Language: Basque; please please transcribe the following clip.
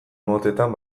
motetan